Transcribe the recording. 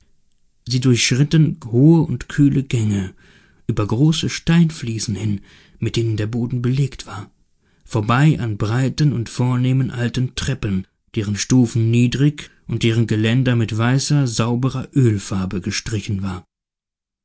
sie durchschritten hohe und kühle gänge über große steinfliesen hin mit denen der boden belegt war vorbei an breiten und vornehmen alten treppen deren stufen niedrig und deren geländer mit weißer sauberer oelfarbe gestrichen waren